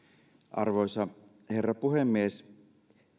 arvoisa herra puhemies